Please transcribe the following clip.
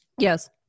Yes